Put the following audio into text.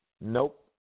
Nope